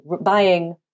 buying